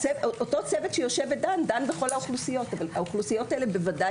אותו צוות דן בכל האוכלוסיות אבל האוכלוסיות הללו בוודאי